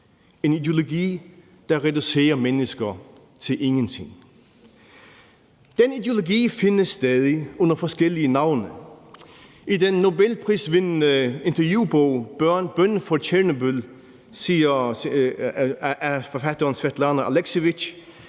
en ideologi, der reducerer mennesker til ingenting. Den ideologi findes stadig under forskellige navne. I den nobelprisvindende interviewbog »Bøn for Tjernobyl« af forfatteren Svetlana Aleksijevitj